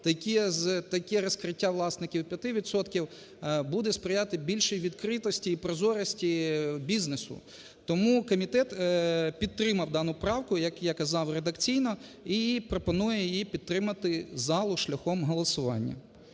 таке розкриття власників 5 відсотків буде сприяти більше відкритості і прозорості бізнесу. Тому комітет підтримав дану правку, як я казав редакційно, і пропонує її підтримати залу шляхом голосування.